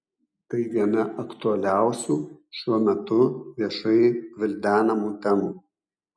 tai viena aktualiausių šiuo metu viešai gvildenamų temų